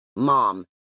Mom